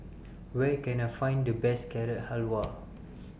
Where Can I Find The Best Carrot Halwa